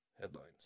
Headlines